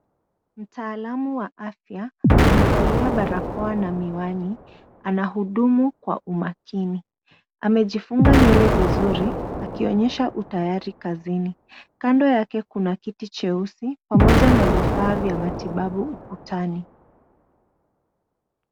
Mtaalam wa afya amevalia barakoa na miwani anahudumu kwa makini. Amejifunga vizuri akionyesha utayari kazini. Kando yake kuna kiti cheusi pamoja na vifaa vya matibabu ukutani.